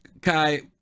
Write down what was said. Kai